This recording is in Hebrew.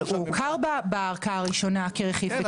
אבל הוא הוכר בערכאה הראשונה כרכיב פיקטיבי.